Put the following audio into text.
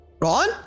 Ron